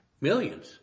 millions